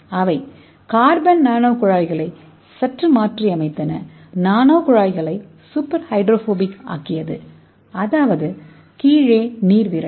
அவை carbon nano குழாய்களை சற்று மாற்றியமைத்தன நானோ குழாய்களை சூப்பர் ஹைட்ரோபோபிக் ஆக்கியது அதாவது கீழே நீரை விரட்டும்